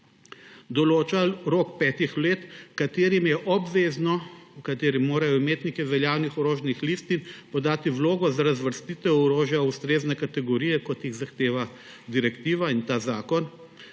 Določa rok petih letih, v katerem je obvezno, v katerem morajo imetniki veljavnih orožnih listin podati vlogo za razvrstitev orožja v ustrezne kategorije, kot jih zahteva direktiva in ta zakon,